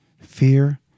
fear